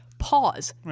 Pause